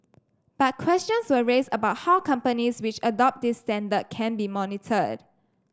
but questions were raised about how companies which adopt this standard can be monitored